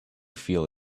feel